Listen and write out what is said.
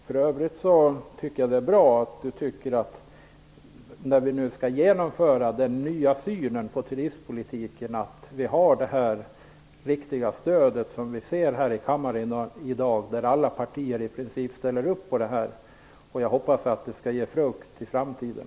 För övrigt är det bra att vi har det riktiga stöd som vi ser i kammaren i dag - alla partier ställer i princip upp på detta - när vi nu skall genomföra denna nya syn på turistpolitiken. Jag hoppas att det skall bära frukt i framtiden.